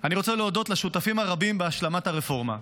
אני רוצה להודות לשותפים הרבים בהשלמת הרפורמה: